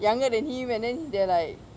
younger than him and then they're like